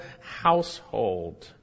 household